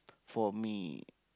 for me